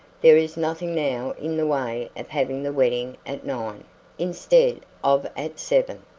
there is nothing now in the way of having the wedding at nine, instead of at seven.